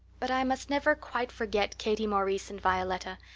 but i must never quite forget katie maurice and violetta.